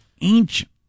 ancient